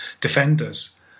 defenders